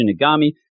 Shinigami